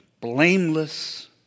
blameless